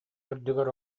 үрдүгэр